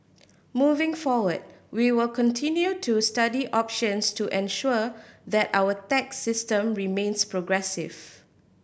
moving forward we will continue to study options to ensure that our tax system remains progressive